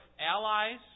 allies